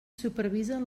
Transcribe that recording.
supervisa